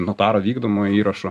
notaro vykdomojo įrašo